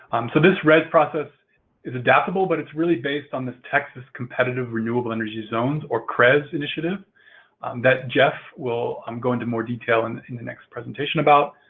um so, this rez process is adaptable, but it's really based on this texas competitive renewable energy zones or crez initiative that jeff will um go into more detail and in the next presentation about.